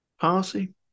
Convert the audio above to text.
Policy